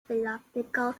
philosophical